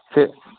ژےٚ